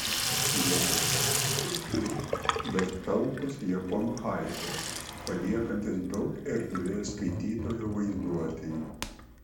ją žavi trumpi bet talpūs japonų haiku paliekantys daug erdvės skaitytojo vaizduotei